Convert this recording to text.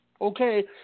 Okay